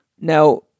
Now